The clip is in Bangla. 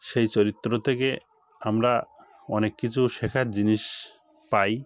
সেই চরিত্র থেকে আমরা অনেক কিছু শেখার জিনিস পাই